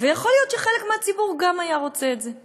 ויכול להיות שחלק מהציבור גם היה רוצה את זה.